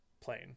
plane